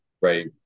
right